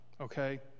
okay